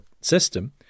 system